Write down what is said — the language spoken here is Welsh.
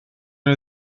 nhw